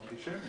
הוא אנטישמי.